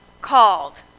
called